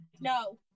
no